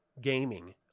gaming